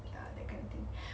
ya that kind of thing